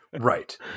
Right